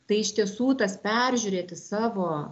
tai iš tiesų tas peržiūrėti savo